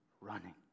running